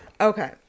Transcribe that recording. Okay